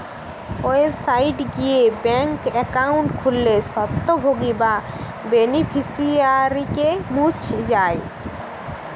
website গিয়ে bank account খুললে স্বত্বভোগী বা বেনিফিশিয়ারিকে মুছ যায়